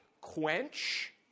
quench